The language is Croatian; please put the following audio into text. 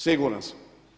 Siguran sam.